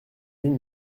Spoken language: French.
mille